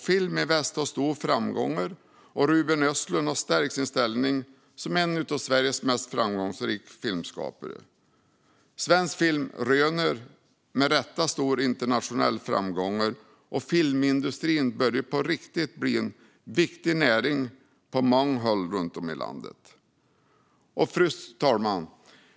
Film i Väst har stora framgångar, och Ruben Östlund har stärkt sin ställning som en av Sveriges mest framgångsrika filmskapare. Svensk film röner med rätta stora internationella framgångar, och filmindustrin börjar på riktigt bli en viktig näring på många håll runt om i landet. Fru talman!